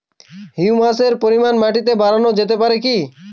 হিউমাসের পরিমান মাটিতে বারানো যেতে পারে কি?